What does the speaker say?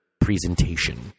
presentation